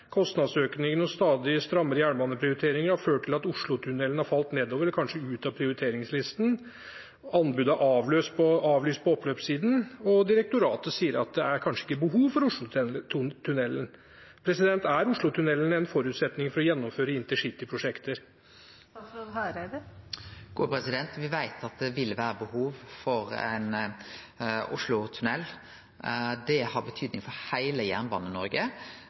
og stadig strammere jernbaneprioriteringer har ført til at Oslotunellen har falt nedover og kanskje ut av prioriteringslisten. Anbud er avlyst på oppløpssiden, og direktoratet sier at det kanskje ikke er behov for Oslotunellen. Er Oslotunellen en forutsetning for å gjennomføre intercityprosjekter? Me veit at det vil vere behov for ein oslotunell. Det har betydning for heile